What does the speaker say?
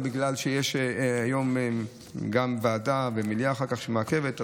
בגלל שיש היום גם ועדה וגם מליאה אחר כך שמעכבת.